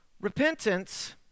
Repentance